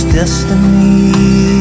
destiny